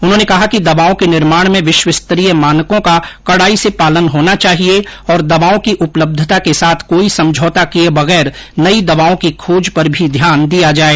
उन्होंने कहा कि दवाओं के निर्माण में विश्वस्तरीय मानकों का कड़ाई से पालन होना चाहिए और दवाओं की उपलब्यता के साथ कोई समझौता किए बगैर नयी दवाओं की खोज पर भी ध्यान दिया जाए